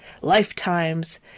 lifetimes